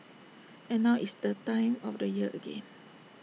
and now it's that time of the year again